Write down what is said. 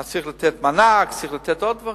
אז צריך לתת מענק, צריך לתת עוד דברים,